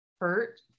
hurt